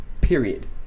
period